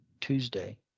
Tuesday